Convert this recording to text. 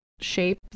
shape